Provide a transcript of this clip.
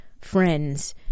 friends